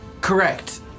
Correct